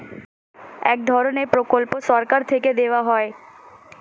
এক ধরনের প্রকল্প সরকার থেকে দেওয়া হয়